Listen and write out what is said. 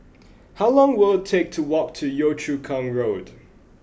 how long will it take to walk to Yio Chu Kang Road